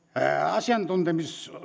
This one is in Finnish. asiantuntija